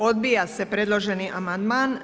Odbija se predloženi amandman.